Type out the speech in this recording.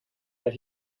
that